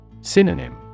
Synonym